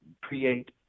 create